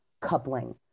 coupling